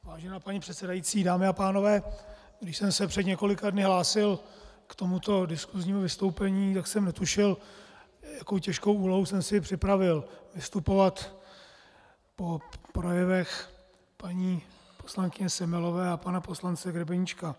Vážená paní předsedající, dámy a pánové, když jsem se před několika dny hlásil k tomuto diskusnímu vystoupení, tak jsem netušil, jakou těžkou úlohu jsem si připravil vystupovat po projevech paní poslankyně Semelové a pana poslance Grebeníčka.